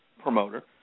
promoter